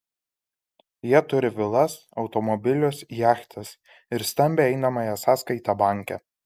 jie turi vilas automobilius jachtas ir stambią einamąją sąskaitą banke